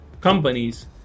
companies